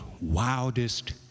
wildest